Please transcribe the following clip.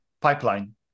pipeline